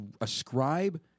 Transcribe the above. ascribe